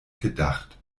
gedacht